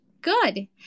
Good